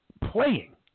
playing